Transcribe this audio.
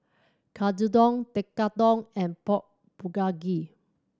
Katsudon Tekkadon and Pork Bulgogi